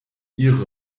ihre